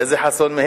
איזה חסון?